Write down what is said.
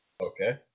Okay